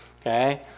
okay